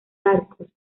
arcos